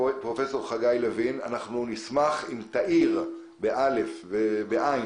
אנחנו נשמח אם תעיר ותאיר